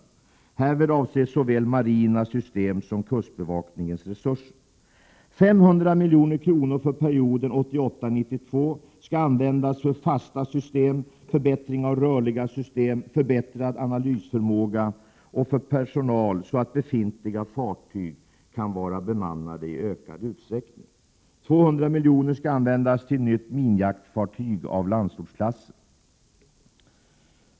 Härvid avses såväl marina system som kustbevakningens resurser. 500 milj.kr. för perioden 1988-1992 skall användas för fasta system, för förbättring av rörliga system, för förbättrad analysförmåga och för personal så att befintliga fartyg kan vara bemannade i ökad utsträckning. 200 milj.kr. skall användas till ett nytt minjaktsfartyg av Landsortsklassen.